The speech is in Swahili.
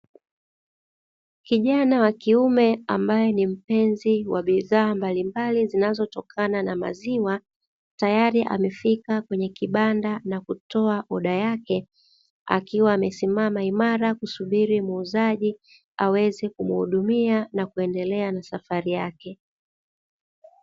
Kijana wa kiume ambaye ni mpenzi wa bidhaa mbali mbali zinazotokana na maziwa, tayar amefika kwenye kibanda na kutoa oda yake, akiwa amesimama imara kusubiri muuzaji aweze kumhudumia na kuendelea na safari yake.